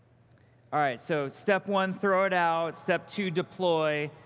all right, so, step one throw it out. step two deploy.